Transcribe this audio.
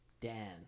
Dan